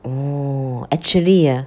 oh actually uh